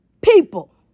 People